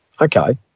Okay